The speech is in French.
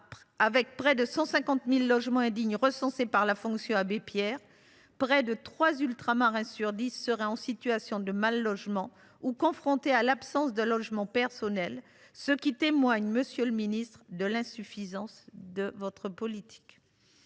? Près de 150 000 logements indignes sont recensés par la Fondation Abbé Pierre et près de trois Ultramarins sur dix seraient en situation de mal logement ou confrontés à l’absence de logement personnel, ce qui témoigne, monsieur le ministre, de l’insuffisance de votre politique.